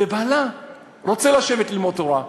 ובעלה רוצה לשבת ללמוד תורה.